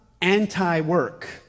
anti-work